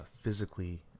physically